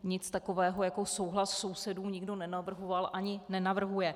Nic takového jako souhlas sousedů nikdo nenavrhoval ani nenavrhuje.